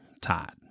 Todd